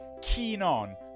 keenon